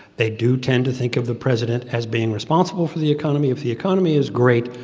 they do tend to think of the president as being responsible for the economy if the economy is great,